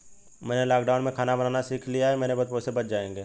मैंने लॉकडाउन में खाना बनाना सीख लिया है, मेरे बहुत पैसे बच जाएंगे